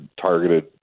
targeted